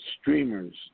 streamers